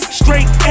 straight